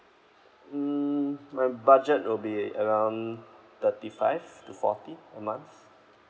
mm my budget will be around thirty five to forty a month